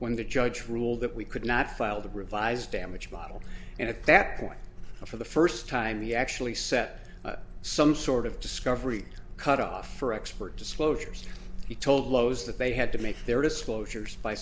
when the judge ruled that we could not file the revised damage model and at that point for the first time the actually set some sort of discovery cutoff for expert disclosures he told lowe's that they had to make their disclosure